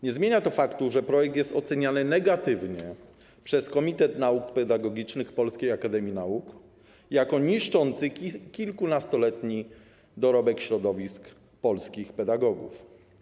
Nie zmienia to faktu, że projekt jest oceniany negatywnie przez Komitet Nauk Pedagogicznych Polskiej Akademii Nauk jako niszczący kilkunastoletni dorobek środowisk polskich pedagogów.